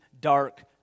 dark